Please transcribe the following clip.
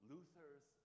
Luther's